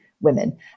women